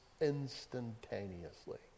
instantaneously